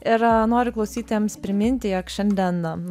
ir noriu klausytojams priminti jog šiandien